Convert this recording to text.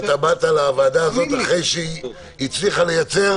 באת לוועדה הזאת אחרי שהיא הצליחה לייצר